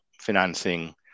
financing